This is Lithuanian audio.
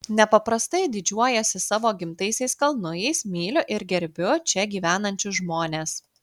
nepaprastai didžiuojuosi savo gimtaisiais kalnujais myliu ir gerbiu čia gyvenančius žmones